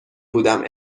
بودم